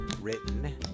written